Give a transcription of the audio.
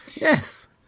Yes